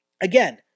Again